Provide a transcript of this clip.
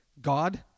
God